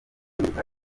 biruta